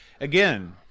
again